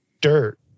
dirt